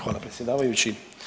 Hvala predsjedavajući.